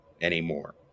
anymore